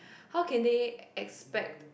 how can they expect